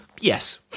Yes